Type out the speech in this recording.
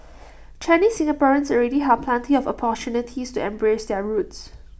Chinese Singaporeans already have plenty of opportunities to embrace their roots